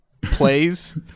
plays